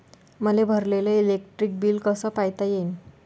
मले भरलेल electric bill कस पायता येईन?